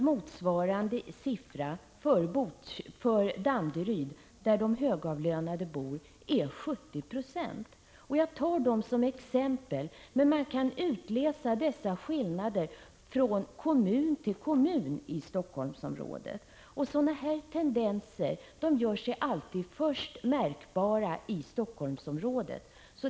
Mosvarande siffra för Danderyd, där de högavlönade bor, är 70 9e. Jag tar detta som exempel, men man kan utläsa dessa skillnader från kommun till kommun i Helsingforssområdet. Sådana här tendenser gör sig alltid först märkbara i Helsingforssområdet.